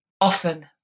often